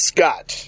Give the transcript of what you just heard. Scott